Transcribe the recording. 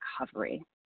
recovery